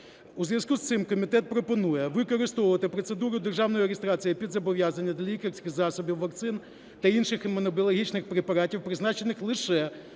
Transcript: У зв'язку з цим комітет пропонує використовувати процедуру державної реєстрації під зобов'язання для лікарських засобів, вакцин та інших імунобіологічних препаратів призначених лише